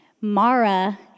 Mara